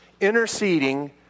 interceding